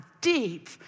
deep